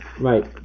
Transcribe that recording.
Right